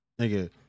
Nigga